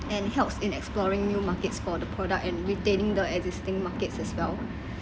and helps in exploring new markets for the product and retaining the existing markets as well